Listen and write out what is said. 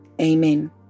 Amen